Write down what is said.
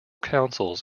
councils